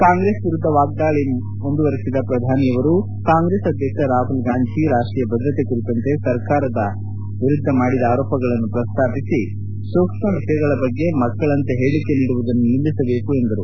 ಕಾಂಗ್ರೆಸ್ ವಿರುದ್ಧ ವಾಗ್ದಾಳಿ ನಡೆಸಿದ ಪ್ರಧಾನಿ ನರೇಂದ್ರ ಮೋದಿ ಕಾಂಗ್ರೆಸ್ ಅಧ್ಯಕ್ಷ ರಾಹುಲ್ಗಾಂಧಿ ರಾಷ್ಟೀಯ ಭದ್ರತೆ ಕುರಿತಂತೆ ಸರಕಾರದ ಮಾಡಿದ ಆರೋಪಗಳನ್ನು ಪ್ರಸ್ತಾಪಿಸಿ ಸೂಕ್ಷ್ಮ ವಿಷಯಗಳ ಬಗ್ಗೆ ಮಕ್ಕಳಂತೆ ಹೇಳಿಕೆ ನೀಡುವುದನ್ನು ನಿಲ್ಲಿಸಬೇಕು ಎಂದರು